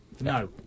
no